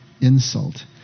insult